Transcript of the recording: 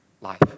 life